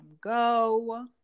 go